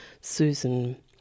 Susan